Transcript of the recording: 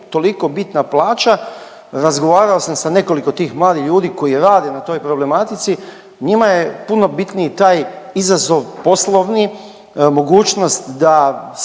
toliko bitna plaća, razgovarao sam sa nekoliko tih mladih ljudi koji rade na toj problematici, njima je puno bitniji taj izazov poslovni, mogućnost da